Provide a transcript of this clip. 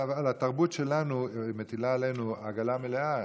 כן, אבל התרבות שלנו מטילה עלינו עגלה מלאה.